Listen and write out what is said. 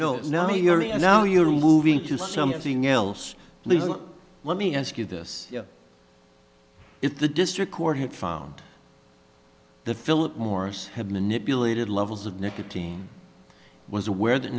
no no you're in and now you are moving to something else please let me ask you this if the district court had found the philip morris had manipulated levels of nicotine was aware that